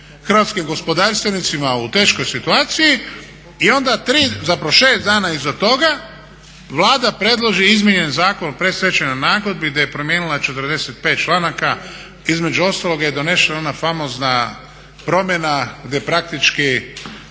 hrvatskim gospodarstvenicima u teškoj situaciji i onda tri zapravo šest dana iza toga Vlada predloži izmijenjen Zakon o predstečajnoj nagodbi gdje je promijenila 45 članaka, između ostalog je donesena ona famozna promjena gdje praktički